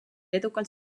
edukalt